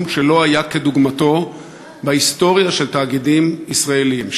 שלא היה כדוגמתו בהיסטוריה של התאגידים הישראליים,